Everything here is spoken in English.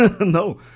no